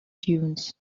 dunes